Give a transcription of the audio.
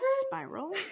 spiral